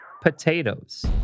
potatoes